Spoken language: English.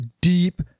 deep